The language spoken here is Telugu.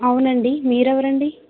అవునండి మీరెవరండి